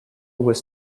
was